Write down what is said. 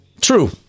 True